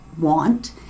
want